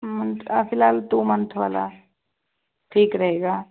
ਫਿਲਹਾਲ ਦੋ ਮੰਥ ਵਾਲਾ ਠੀਕ ਰਹੇਗਾ